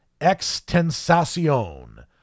Extensacion